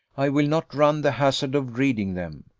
i will not run the hazard of reading them.